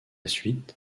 suite